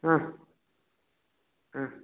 ம் ம்